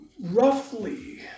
roughly